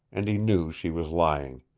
and he knew she was lying.